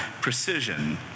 precision